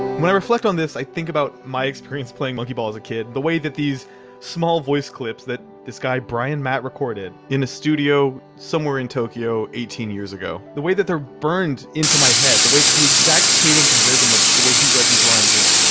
when i reflect on this, i think about my experience playing monkey ball as a kid the way that these small voice clips that this guy brian matt recorded in a studio somewhere in tokyo eighteen years ago the way that they're burned into my head, the way that the exact cadence and rhythm of the way he read these lines is.